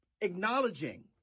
acknowledging